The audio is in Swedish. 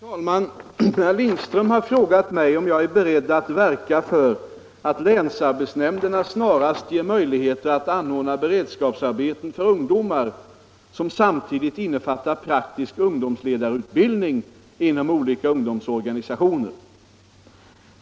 Herr talman! Herr Lindström har frågat mig om jag är beredd att verka för att länsarbetsnämnderna snarast ges möjligheter att anordna beredskapsarbeten för ungdomar, som samtidigt innefattar praktisk ungdomsledarutbildning inom olika ungdomsorganisationer.